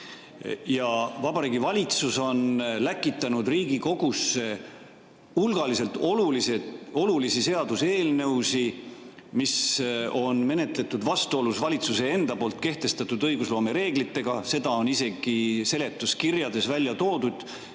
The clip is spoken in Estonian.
Vabariigi Valitsus on läkitanud Riigikogusse hulgaliselt olulisi seaduseelnõusid, mida on menetletud vastuolus valitsuse enda kehtestatud õigusloome reeglitega. Isegi seletuskirjades on